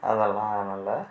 அதெல்லாம் நல்ல